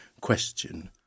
question